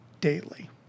daily